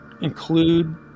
include